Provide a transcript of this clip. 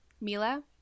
Mila